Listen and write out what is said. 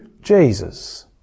Jesus